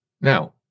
Now